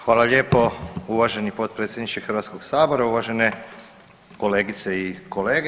Hvala lijepo uvaženi potpredsjedniče Hrvatskoga sabora, uvažene kolegice i kolege.